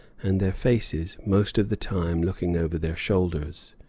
and their faces most of the time looking over their shoulders.